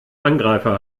angreifer